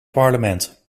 parlement